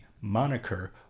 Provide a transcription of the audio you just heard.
moniker